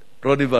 רוני בר-און.